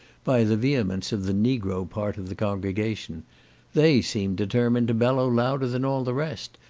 by the vehemence of the negro part of the congregation they seemed determined to bellow louder than all the rest,